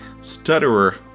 stutterer